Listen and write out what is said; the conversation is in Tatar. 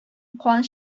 кан